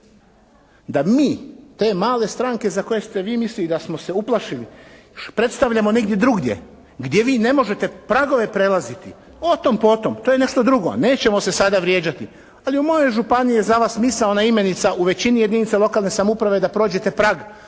da mi te male stranke za koje ste vi mislili da smo se uplašili predstavljamo negdje drugdje gdje vi ne možete pragove prelaziti o tome potom, to je nešto drugo, nećemo se sada vrijeđati. Ali u mojoj županiji je misaona imenica u većini jedinica lokalne samouprave da prođete prag